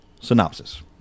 synopsis